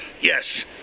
Yes